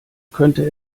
könnte